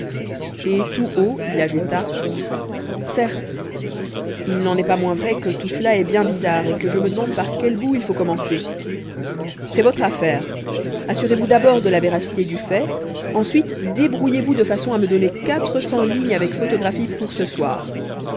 et tout haut il ajouta certes il n'en est pas moins vrai que tout cela est bien bizarre et que je me demande par quel bout il faut commencer c'est votre affaire assurez-vous d'abord de la véracité du fait ensuite débrouillez vous de façon à me donner quatre cents lignes avec photographies pour ce soir